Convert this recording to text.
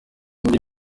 muri